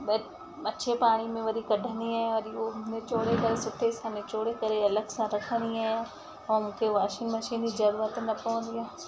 ॿच अच्छे पाणी में वरी कढंदी आहियां वरी ओ निचोड़े करे सुठे सां निचोड़े करे अलॻि सां रखंदी आहियां ऐं मूंखे वॉशिंग मशीन जी जरूरत न पवंदी आहे